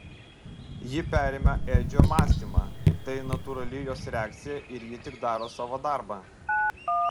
ji perima edžio mąstymą tai natūrali jos reakcija ir ji tik daro savo darbą